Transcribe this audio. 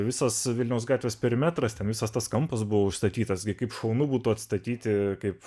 visas vilniaus gatvės perimetras ten visas tas kampas buvo užstatytas gi kaip šaunu būtų atstatyti kaip